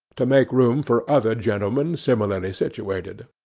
to make room for other gentlemen similarly situated.